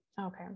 Okay